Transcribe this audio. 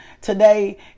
today